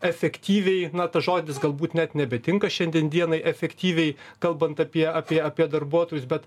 efektyviai na tas žodis galbūt net nebetinka šiandien dienai efektyviai kalbant apie apie apie darbuotojus bet